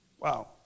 Wow